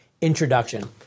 introduction